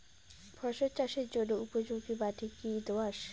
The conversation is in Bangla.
ফসল চাষের জন্য উপযোগি মাটি কী দোআঁশ?